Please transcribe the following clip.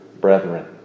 brethren